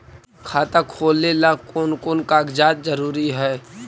खाता खोलें ला कोन कोन कागजात जरूरी है?